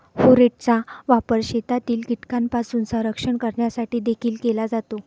फोरेटचा वापर शेतातील कीटकांपासून संरक्षण करण्यासाठी देखील केला जातो